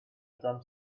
drum